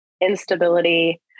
instability